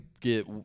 get